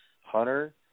Hunter